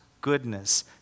goodness